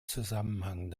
zusammenhang